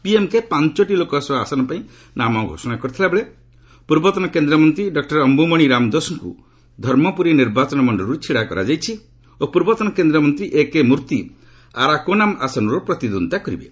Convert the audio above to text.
ପିଏମ୍କେ ପାଞ୍ଚଟି ଲୋକସଭା ଆସନ ପାଇଁ ନାମ ଘୋଷଣା କରିଥିଲା ବେଳେ ପୂର୍ବତନ କେନ୍ଦ୍ରମନ୍ତ୍ରୀ ଡକୁର ଅମ୍ଭୁମଣି ରାମଦୋଷଙ୍କୁ ଧର୍ମପୁରୀ ନିର୍ବାଚନ ମଣ୍ଡଳୀରୁ ଛିଡ଼ା କରାଯାଇଛି ଓ ପୂର୍ବତନ କେନ୍ଦ୍ରମନ୍ତ୍ରୀ ଏକେ ମୂର୍ତ୍ତି ଆରାକୋନାମ୍ ଆସନରୁ ପ୍ରତିଦ୍ୱନ୍ଦ୍ୱୀତା କରିବେ